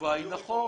התשובה היא נכון.